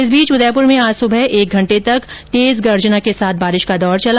इस बीच उदयपुर में आज सुबह एक घंटे तक तेज गर्जना के साथ बारिश का दौर चला